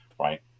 Right